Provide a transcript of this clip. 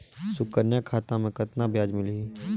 सुकन्या खाता मे कतना ब्याज मिलही?